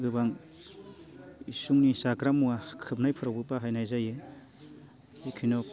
गोबां इसिंनि जाग्रा मुवा खोबनायफोरावबो बाहायनाय जायो बेखिनियाव